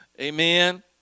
Amen